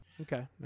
Okay